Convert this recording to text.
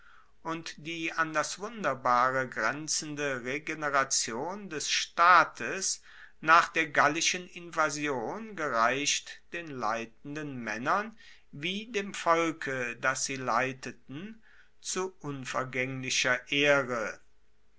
und die an das wunderbare grenzende regeneration des staates nach der gallischen invasion gereicht den leitenden maennern wie dem volke das sie leiteten zu unvergaenglicher ehre